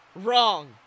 wrong